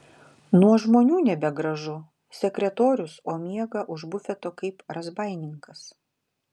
nuo žmonių nebegražu sekretorius o miega už bufeto kaip razbaininkas